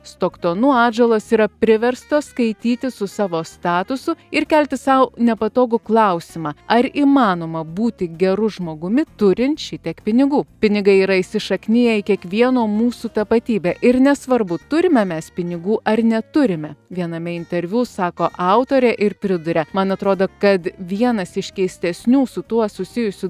stoktonų atžalos yra priverstos skaitytis su savo statusu ir kelti sau nepatogų klausimą ar įmanoma būti geru žmogumi turint šitiek pinigų pinigai yra įsišakniję į kiekvieno mūsų tapatybę ir nesvarbu turime mes pinigų ar neturime viename interviu sako autorė ir priduria man atrodo kad vienas iš keistesnių su tuo susijusių